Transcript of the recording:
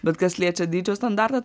bet kas liečia dydžio standartą